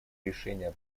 решения